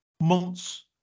months